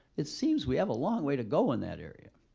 it seems we have a long way to go in that area.